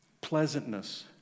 pleasantness